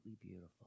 beautiful